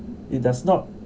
it does not